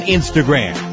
Instagram